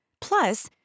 Plus